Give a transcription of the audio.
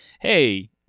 hey